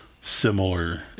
similar